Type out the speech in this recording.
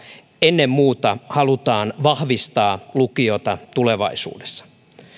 ennen muuta halutaan vahvistaa lukiota tulevaisuudessa vahvistaa